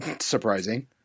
surprising